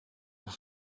vous